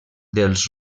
dels